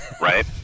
Right